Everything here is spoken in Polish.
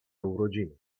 urodziny